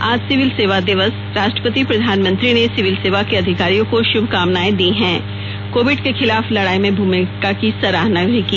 आज सिविल सेवा दिवस राष्ट्रपति प्रधानमंत्री ने सिविल सेवा के अधिकारियों को शुभकामनाएं दी हैं कोविड के खिलाफ लड़ाई में भूमिका की सराहना की